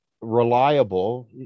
reliable